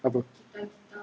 apa